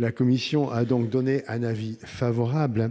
La commission a donc émis un avis favorable